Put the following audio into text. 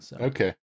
Okay